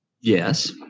Yes